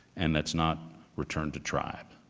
and that's not returned to tribe.